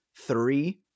three